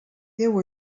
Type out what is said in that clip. déu